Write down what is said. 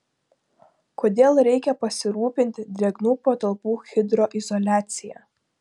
kodėl reikia pasirūpinti drėgnų patalpų hidroizoliacija